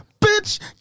bitch